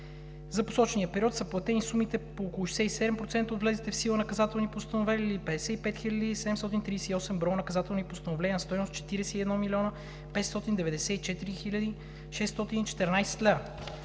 За посочения период са платени сумите по около 67% от влезлите в сила наказателни постановления или 55 738 броя наказателни постановления на стойност 41 594 614 лв.“